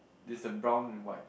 is the brown and white